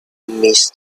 miss